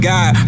God